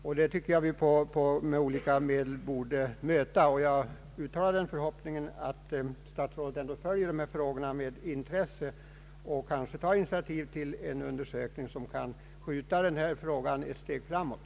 En sådan utveckling bör vi med olika medel möta, och jag vill uttala den förhoppningen att statsrådet följer dessa frågor med intresse och kanske tar initiativ till en utredning, som kan föra dem ett steg framåt.